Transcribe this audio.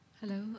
Hello